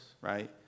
right